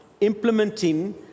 implementing